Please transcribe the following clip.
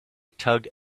tugged